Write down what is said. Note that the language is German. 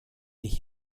ich